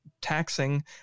taxing